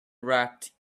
wrapped